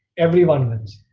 everyone wins.